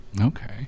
Okay